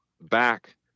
back